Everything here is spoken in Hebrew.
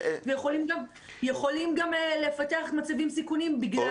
הם יכולים גם לפתח מצבים סיכוניים בגלל המצב.